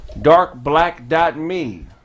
darkblack.me